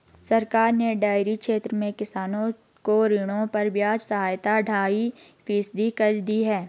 सरकार ने डेयरी क्षेत्र में किसानों को ऋणों पर ब्याज सहायता ढाई फीसदी कर दी है